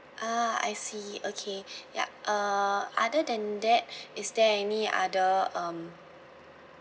ah I see okay yup uh other than that is there any other um